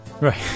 right